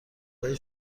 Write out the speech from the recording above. های